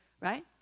right